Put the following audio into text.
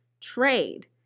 trade